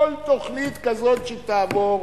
כל תוכנית כזאת שתעבור,